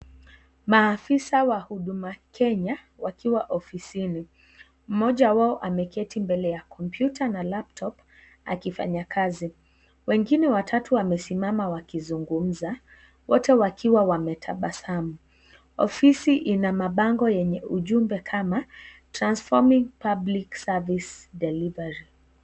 Maafisa wa huduma Kenya wakiwa ofisini mmoja wao ameketi mbele ya kompyuta na laptop akifanya kazi wengine watatu wamesimama wakizungumza wote wakiwa wametabasamu. Ofisi ina mabango yenye ujumbe kama transforming public service delivery.